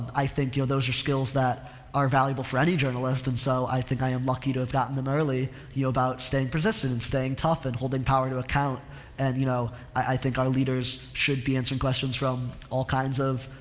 i think, you know, those are skills that are valuable for any journalist and so i think i am lucky to have gotten them early, you know, about staying persistent and staying tough, and holding power to account and, you know, i, i think our leaders should be answering questions from all kinds of,